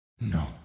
No